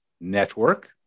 Network